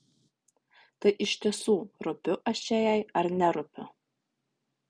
tai iš tiesų rūpiu aš čia jai ar nerūpiu